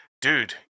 dude